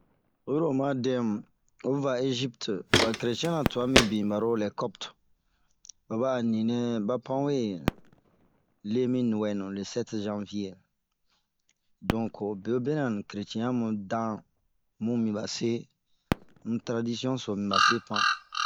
Oyi ro oma dɛmu, oyi va Egipti, ba keretiɛnra tuan minbin baro lɛ kɔpte, ba a nii nɛ ba pan we lemi nuwɛnu le sɛti zanvie, donke bie wo be ne keretiɛn yamu danh, mun minba se. Din taradisiɔn so minbase pan.